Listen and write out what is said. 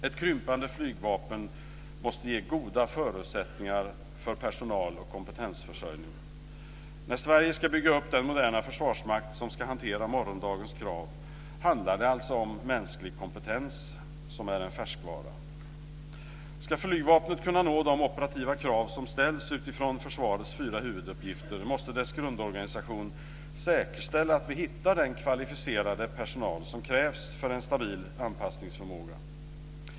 Ett krympande flygvapen måste ge goda förutsättningar för personal och kompetensförsörjning. När Sverige ska bygga upp den moderna försvarsmakt som ska hantera morgondagens krav handlar det alltså om mänsklig kompetens, som är en färskvara. Ska flygvapnet kunna svara mot de operativa krav som ställs utifrån försvarets fyra huvuduppgifter, måste dess grundorganisation säkerställa att vi hittar den kvalificerade personal som krävs för en stabil anpassningsförmåga.